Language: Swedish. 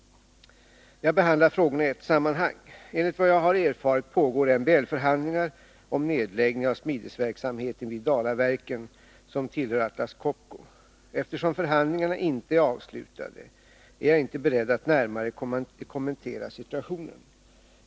Jag behandlar frågorna i ett sammanhang. Enligt vad jag har erfarit pågår MBL-förhandlingar om nedläggning av smidesverksamheten vid Dalaverken, som tillhör Atlas Copco. Eftersom förhandlingarna inte är avslutade, är jag inte beredd att närmare kommentera situationen.